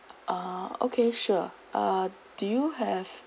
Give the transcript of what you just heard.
uh okay sure uh do you have